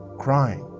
crying.